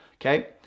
okay